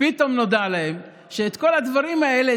פתאום נודע להם שאת כל הדברים האלה,